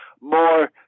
more